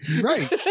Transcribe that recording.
Right